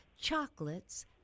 Chocolates